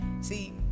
see